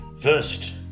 First